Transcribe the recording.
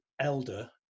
elder